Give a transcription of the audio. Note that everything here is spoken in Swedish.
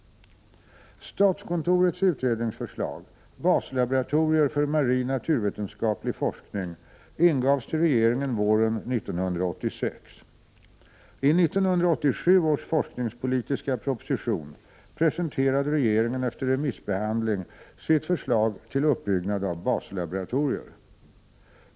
Statskontorets utredningsförslag ”Baslaboratorier för marin naturvetenskaplig forskning” ingavs till regeringen våren 1986. I 1987 års forskningspolitiska proposition presenterade regeringen efter remissbehandling sitt förslag till uppbyggnad av baslaboratorier.